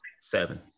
Seven